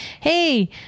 hey